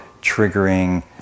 triggering